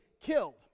killed